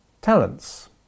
talents